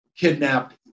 kidnapped